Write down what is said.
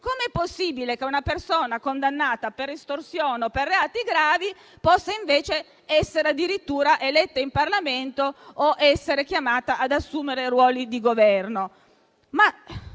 com'è possibile che una persona condannata per estorsione o per reati gravi possa invece essere addirittura eletta in Parlamento o chiamata ad assumere ruoli di Governo.